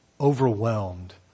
overwhelmed